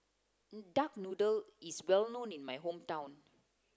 duck noodle is well known in my hometown